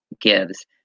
gives